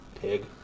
Pig